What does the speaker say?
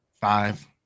five